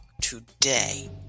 today